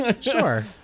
Sure